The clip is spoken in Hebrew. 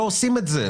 לא עושים את זה.